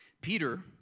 Peter